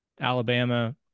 Alabama